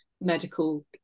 medical